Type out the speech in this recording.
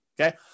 okay